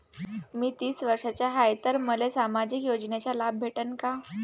मी तीस वर्षाचा हाय तर मले सामाजिक योजनेचा लाभ भेटन का?